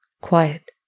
Quiet